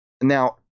Now